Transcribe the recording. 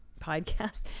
podcast